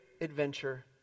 adventure